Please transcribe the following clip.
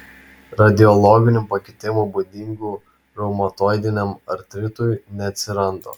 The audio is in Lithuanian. radiologinių pakitimų būdingų reumatoidiniam artritui neatsiranda